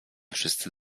wszyscy